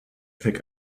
pick